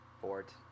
fort